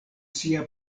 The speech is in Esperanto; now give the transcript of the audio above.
sia